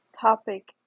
topic